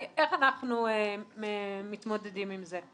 איך אנחנו מתמודדים עם זה.